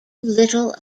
little